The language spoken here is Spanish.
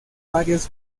varios